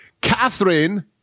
Catherine